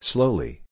Slowly